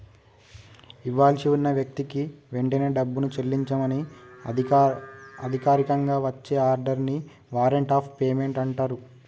ఇవ్వాల్సి ఉన్న వ్యక్తికి వెంటనే డబ్బుని చెల్లించమని అధికారికంగా వచ్చే ఆర్డర్ ని వారెంట్ ఆఫ్ పేమెంట్ అంటరు